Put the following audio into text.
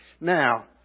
Now